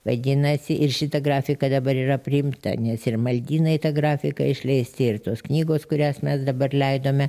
vadinasi ir šita grafika dabar yra priimta nes ir maldynai ta grafika išleisti ir tos knygos kurias mes dabar leidome